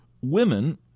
Women